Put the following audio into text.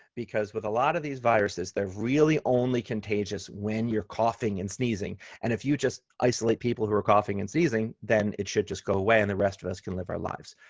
because with a lot of these viruses, they're really only contagious when your coughing and sneezing, and if you just isolate people who were coughing and sneezing, then it should just go away and rest of us can live our lives.